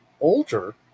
older